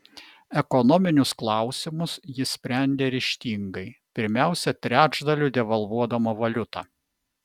ekonominius klausimus ji sprendė ryžtingai pirmiausia trečdaliu devalvuodama valiutą